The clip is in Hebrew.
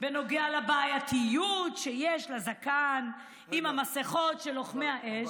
בנוגע לבעייתיות שיש לזקן עם המסכות של לוחמי האש.